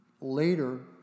later